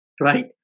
right